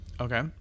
Okay